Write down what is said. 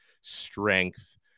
strength